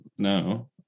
No